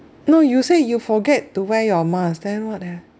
no you say you forget to wear your mask then what the